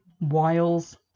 wiles